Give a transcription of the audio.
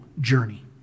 journey